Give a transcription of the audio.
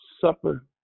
Supper